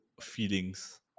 feelings